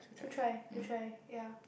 to try to try ya